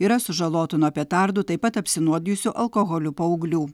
yra sužalotų nuo petardų taip pat apsinuodijusių alkoholiu paauglių